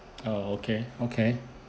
ah okay okay